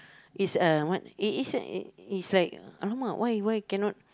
is a what is is a is like !alamak! why why cannot